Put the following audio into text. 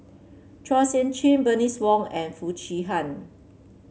Chua Sian Chin Bernice Wong and Foo Chee Han